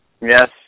Yes